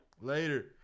Later